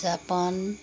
Japan